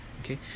Okay